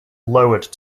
lowered